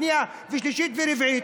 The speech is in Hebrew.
שנייה ושלישית ורביעית.